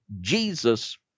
Jesus